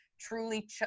truly